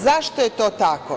Zašto je to tako?